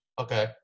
Okay